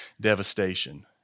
devastation